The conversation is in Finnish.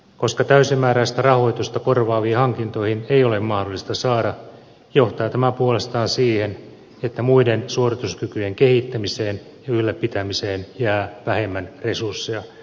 koska täysimääräistä rahoitusta korvaaviin hankintoihin ei ole mahdollista saada johtaa tämä puolestaan siihen että muiden suorituskykyjen kehittämiseen ja ylläpitämiseen jää vähemmän resursseja